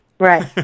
Right